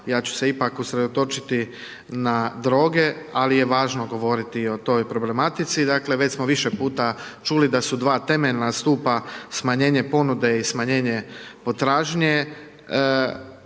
ja ću se ipak usredotočiti na droge, ali je važno govoriti o toj problematici, dakle, već smo više puta čuli da su 2 temeljna stupa smanjenje ponude i smanjenje potražnje.